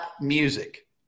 music